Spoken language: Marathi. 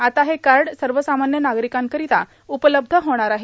आता हे कार्ड सर्व सामान्य नागरिकांकरिता उपलब्ध होणार आहे